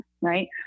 right